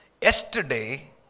yesterday